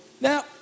Now